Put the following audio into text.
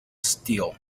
steel